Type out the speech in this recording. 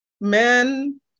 men